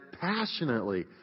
passionately